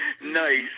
Nice